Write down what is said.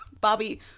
Bobby